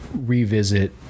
revisit